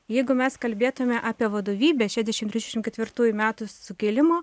jeigu mes kalbėtume apie vadovybę šedešimt ketvirtųjų metų sukilimo